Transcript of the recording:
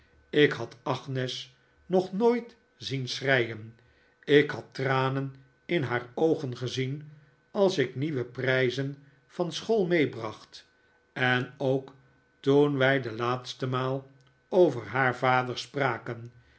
ik had agnes nog nooit zien schreien ik had tranen in haar oogen gezien als ik nieuwe prijzen van school meebracht en ook toen wij de laatste maal over haar vader spraken